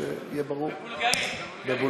מה עוד אני צריך להגיד שיהיה ברור?